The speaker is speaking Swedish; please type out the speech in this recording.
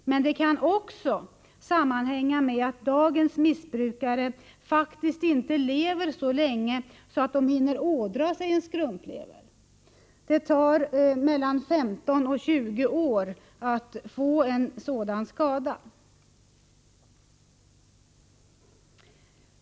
Men det kan också sammanhänga med att dagens missbrukare faktiskt inte lever så länge att de hinner ådra sig en skrumplever — det tar 15-20 år att få en sådan skada.